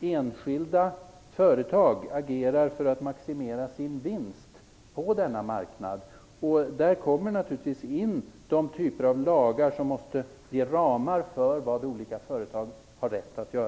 enskilda företag agerar för att maximera sin vinst på denna marknad. Där kommer naturligtvis de typer av lagar in som måste ge ramar för vad olika företag har rätt att göra.